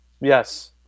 Yes